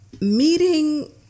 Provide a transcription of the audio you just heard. meeting